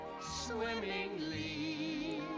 Swimmingly